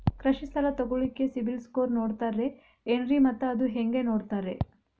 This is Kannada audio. ಕೃಷಿ ಸಾಲ ತಗೋಳಿಕ್ಕೆ ಸಿಬಿಲ್ ಸ್ಕೋರ್ ನೋಡ್ತಾರೆ ಏನ್ರಿ ಮತ್ತ ಅದು ಹೆಂಗೆ ನೋಡ್ತಾರೇ?